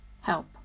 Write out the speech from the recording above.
Help